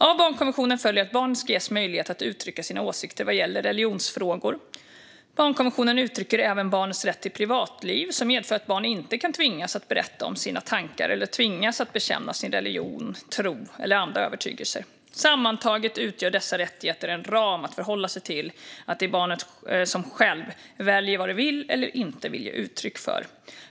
Av barnkonventionen följer att barnet ska ges möjlighet att uttrycka sina åsikter vad gäller religionsfrågor. Barnkonventionen uttrycker även barnets rätt till privatliv, som medför att barn inte kan tvingas att berätta om sina tankar eller tvingas att bekänna sin religion, tro eller andra övertygelser. Sammantaget utgör dessa rättigheter en ram att förhålla sig till, att det är barnet självt som väljer vad det vill eller inte vill ge uttryck för.